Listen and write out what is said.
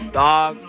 dog